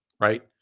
right